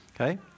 okay